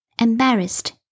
Embarrassed